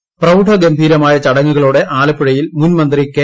ഗൌരിയമ്മ പ്രൌഡ ഗംഭീരമായ ചടങ്ങുകളോടെ ആലപ്പുഴയിൽ മുൻ മന്ത്രി കെ